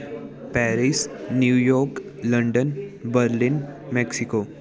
Paris New York London Berlin Mexico